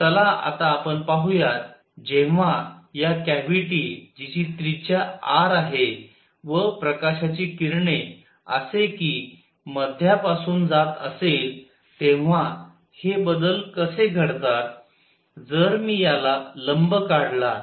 तर चला आता आपण पाहुयात जेव्हा या कॅव्हिटी जिची त्रिज्या r आहे व प्रकाशाची किरणे असे कि मध्या पासून जात असेल तेव्हा हे बदल कसे घडतात जर मी याला लंब काढला